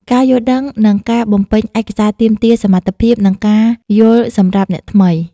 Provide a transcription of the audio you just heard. ការយល់ដឹងនិងការបំពេញឯកសារទាមទារសមត្ថភាព និងការយល់សម្រាប់អ្នកថ្មី។